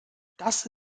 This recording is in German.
das